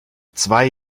zwei